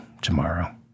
tomorrow